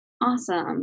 Awesome